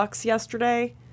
yesterday –